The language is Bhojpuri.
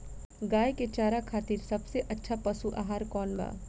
गाय के चारा खातिर सबसे अच्छा पशु आहार कौन बा?